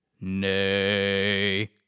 Nay